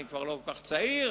אני לא כל כך צעיר,